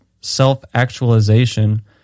self-actualization